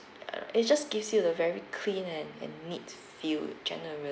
I don't know it just gives you a very clean and and neat feel generally